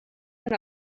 amb